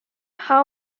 how